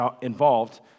involved